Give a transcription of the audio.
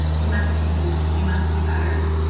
we must change. we must do better.